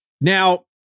Now